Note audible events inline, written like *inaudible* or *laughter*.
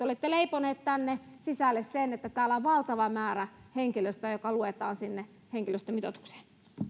*unintelligible* olette leiponeet tänne sisälle sen että täällä on valtava määrä henkilöstöä joka luetaan sinne henkilöstömitoitukseen